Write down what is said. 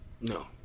No